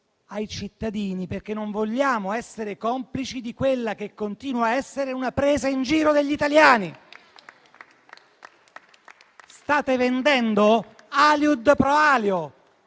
ai cittadini, perché non vogliamo essere complici di quella che continua a essere una presa in giro degli italiani! State vendendo *aliud pro alio*.